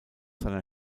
seiner